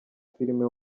filime